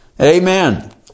Amen